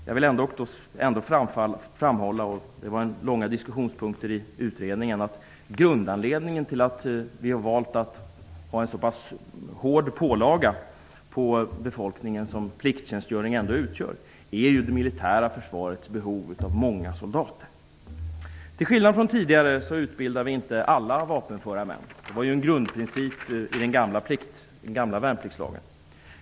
Jag vill ändå framhålla - det var långa diskussioner om det i utredningen - att grundanledningen till att vi har valt en så pass hård pålaga på befolkningen som plikttjänstgöringen ändå utgör är det militära försvarets behov av många soldater. Till skillnad från tidigare utbildar vi inte alla vapenföra män. Det var en grundprincip i den gamla värnpliktslagen.